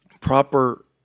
Proper